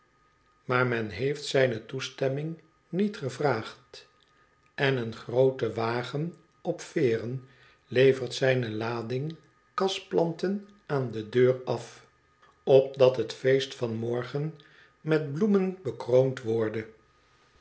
maar men heeft zijne toestemming niet gevraagd en eengroote wagen op veeren levert zijne lading kasplanten aan de deur af opdat het feest van morgen met bloemen bekroond worde